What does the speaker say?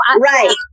Right